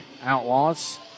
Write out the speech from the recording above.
Outlaws